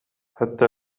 حتى